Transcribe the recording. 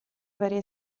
varie